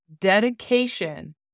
dedication